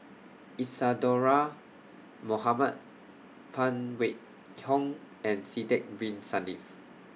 Isadhora Mohamed Phan Wait Hong and Sidek Bin Saniff